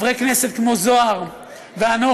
חברי כנסת כמו זוהר ואנוכי,